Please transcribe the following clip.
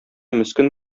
мескен